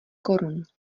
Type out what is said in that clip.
korun